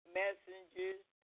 messengers